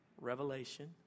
revelation